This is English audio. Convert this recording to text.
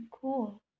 cool